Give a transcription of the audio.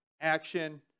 action